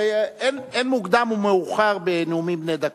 הרי אין מוקדם ומאוחר בנאומים בני דקה,